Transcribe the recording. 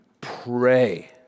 pray